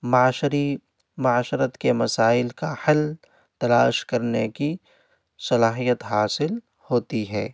معاشری معاشرت کے مسائل کا حل تلاش کرنے کی صلاحیت حاصل ہوتی ہے